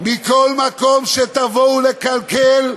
מכל מקום שתבואו לקלקל,